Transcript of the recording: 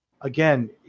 Again